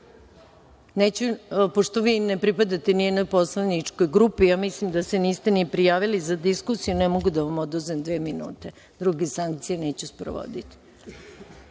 vi ne pripadate ni jednoj poslaničkoj grupi, mislim da se niste ni prijavili za diskusiju, ne mogu da vam oduzmem dve minute, a druge sankcije neću sprovoditi. Reč